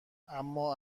اما